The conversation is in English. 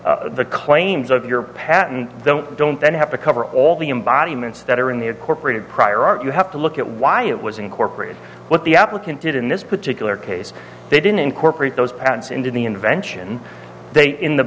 then the claims of your patent don't don't then have to cover all the embodiments that are in the corporate prior art you have to look at why it was incorporated what the applicant did in this particular case they didn't incorporate those patents into the invention they in the